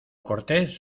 cortés